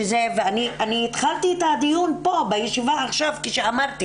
ואני התחלתי את הדיון פה בישיבה עכשיו כשאמרתי